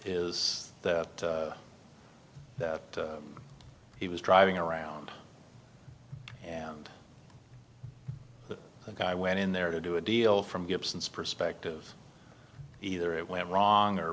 is that he was driving around and the guy went in there to do a deal from gibson's perspective either it went wrong or